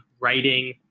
writing